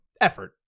effort